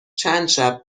چندشب